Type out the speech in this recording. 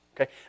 okay